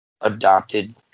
adopted